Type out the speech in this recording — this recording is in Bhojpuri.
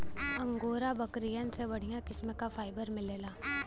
अंगोरा बकरियन से बढ़िया किस्म क फाइबर मिलला